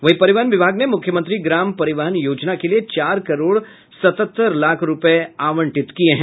वहीं परिवहन विभाग ने मुख्यमंत्री ग्राम परिवहन योजना के लिये चार करोड़ सतहत्तर लाख रूपये आवंटित किया है